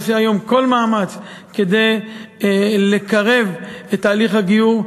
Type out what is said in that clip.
עושה היום כל מאמץ כדי לקרב את תהליך הגיור.